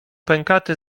pękaty